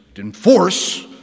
Enforce